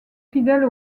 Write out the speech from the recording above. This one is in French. fidèle